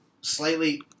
slightly